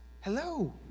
hello